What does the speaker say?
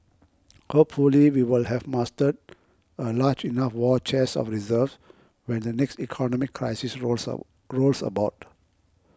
hopefully we will have mustered a large enough war chest of reserves when the next economic crisis rolls of rolls about